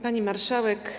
Pani Marszałek!